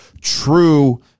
true